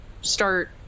start